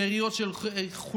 שאריות של חולדות,